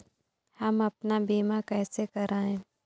हम अपना बीमा कैसे कराए?